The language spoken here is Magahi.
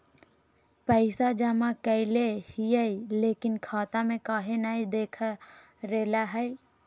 पैसा जमा कैले हिअई, लेकिन खाता में काहे नई देखा रहले हई?